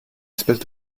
espèce